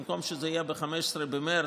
במקום שזה יהיה ב-15 במרץ,